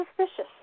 suspicious